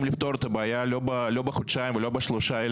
לפתור את הבעיה לא בחודשיים ולא בשלושה חודשים,